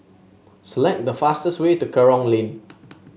select the fastest way to Kerong Lane